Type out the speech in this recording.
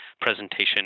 presentation